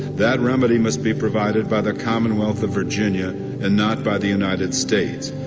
that remedy must be provided by the commonwealth of virginia and not by the united states.